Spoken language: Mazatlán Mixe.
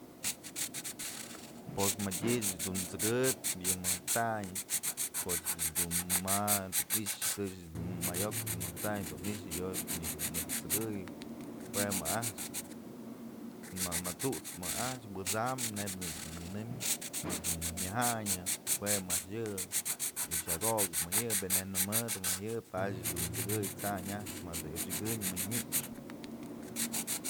Pos madyë ëch dun t'sëkëbyë yëmëk t'sandyëkoch dun ma'a dun i'ixë tëch dun may ok mëjk t'sandyë yoyë nëkë t'sëkëy jue mëjk a'ax ma mët'sup mëjk a'ax, wët'sam neyb nak da dun nyënëm madë mëjk myajandyë jue mëjk a'ax yë y xak okëp mëjk yë veneno mëd mëk yë padyë ëch dun t'sëkëy t'sandyë a'ax mëdë ochyëkënyëj mëjk nyëx.